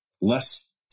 less